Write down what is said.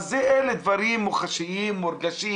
אז אלה דברים מוחשיים, מורגשים,